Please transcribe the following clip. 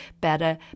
better